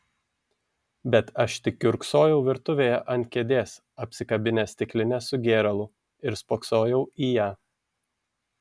bet aš tik kiurksojau virtuvėje ant kėdės apsikabinęs stiklinę su gėralu ir spoksojau į ją